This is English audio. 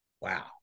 Wow